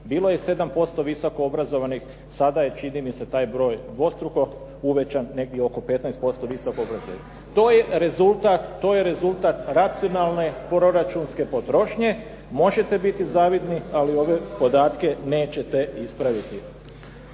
Bilo je 7% visoko obrazovanih, sada je čini mi se taj broj dvostruko uvećan, negdje oko 15% visoko obrazovanih. To je rezultat, to je rezultat racionalne proračunske potrošnje. Možete biti zavidni ali ove podatke nećete ispraviti.